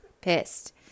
Pissed